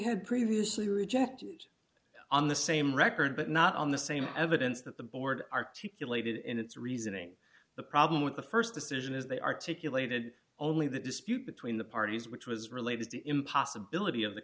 had previously rejected on the same record but not on the same evidence that the board articulated in its reasoning the problem with the st decision is they articulated only that dispute between the parties which was related to him possibility of the